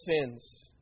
sins